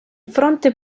fronte